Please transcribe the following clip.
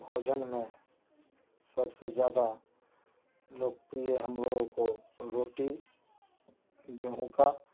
भोजन में ज़्यादा सबसे लोकप्रिय हम लोगों को रोटी गेहूँ का